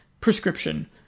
prescription